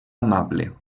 amable